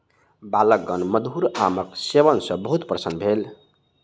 बालकगण मधुर आमक सेवन सॅ बहुत प्रसन्न भेल